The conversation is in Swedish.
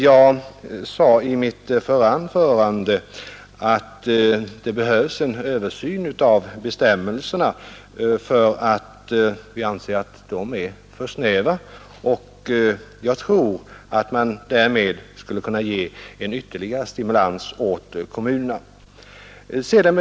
Jag sade i mitt förra anförande att det behövs en översyn av bestämmelserna — därför att vi anser att de är för snäva — och jag tror att man därmed skulle kunna ge en ytterligare stimulans åt kommunerna.